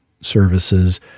services